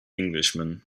englishman